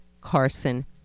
Carson